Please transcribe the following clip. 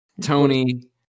Tony